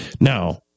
Now